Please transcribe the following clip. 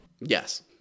Yes